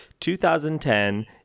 2010